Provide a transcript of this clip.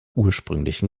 ursprünglichen